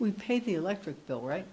we paid the electric bill right